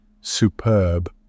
Superb